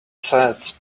said